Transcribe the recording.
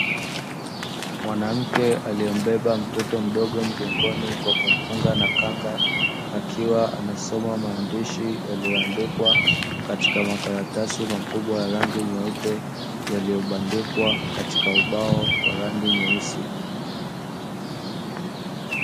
Mwanamke aliye mbeba mtoto mdogo mgongoni kwa kumfunga na khanga, akiwa anasoma maandishi yaliyo andikwa katika makaratasi makubwa ya rangi nyeupe yaliyo bandikwa katika ubao wa rangi nyeusi.